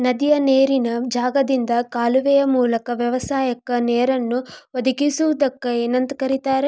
ನದಿಯ ನೇರಿನ ಜಾಗದಿಂದ ಕಾಲುವೆಯ ಮೂಲಕ ವ್ಯವಸಾಯಕ್ಕ ನೇರನ್ನು ಒದಗಿಸುವುದಕ್ಕ ಏನಂತ ಕರಿತಾರೇ?